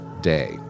day